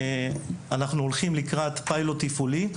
אנחנו הולכים לקראת פיילוט תפעולי.